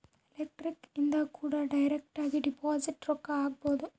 electronic ಇಂದ ಕೂಡ direct deposit ರೊಕ್ಕ ಹಾಕ್ಬೊದು